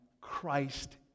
Christ